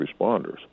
responders